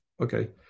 okay